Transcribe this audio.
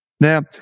Now